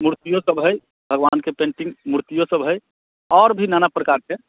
मूर्तियो सभ हय भगवानके पेन्टिंग मूर्तियो सभ हय आओर भी नाना प्रकारके